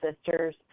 sisters